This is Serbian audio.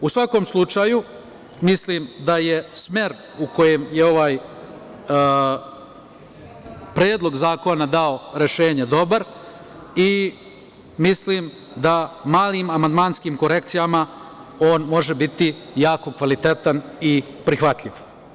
U svakom slučaju, mislim da je smer u kome je ovaj predlog zakona dao rešenja dobar i mislim da malim amandmanskim korekcijama on može biti jako kvalitetan i prihvatljiv.